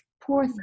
poor